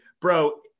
Bro